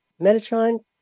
Metatron